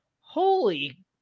Holy